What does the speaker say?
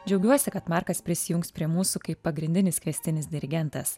džiaugiuosi kad markas prisijungs prie mūsų kaip pagrindinis kviestinis dirigentas